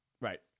Right